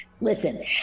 listen